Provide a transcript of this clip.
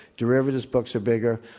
derivatives books are bigger.